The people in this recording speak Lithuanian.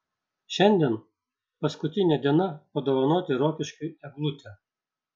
šiandien paskutinė diena padovanoti rokiškiui eglutę